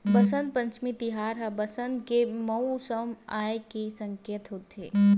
बसंत पंचमी तिहार ह बसंत के मउसम आए के सकेत होथे